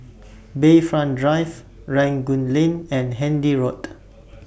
Bayfront Drive Rangoon Lane and Handy Road